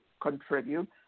contribute